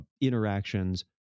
interactions